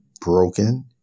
broken